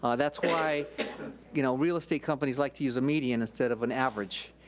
um that's why you know real estate companies like to use a median instead of an average,